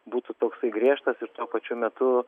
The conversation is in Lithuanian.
būtų toksai griežtas ir tuo pačiu metu